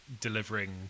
delivering